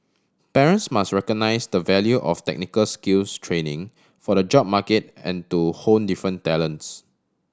parents must recognise the value of technical skills training for the job market and to hone different talents